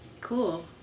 cool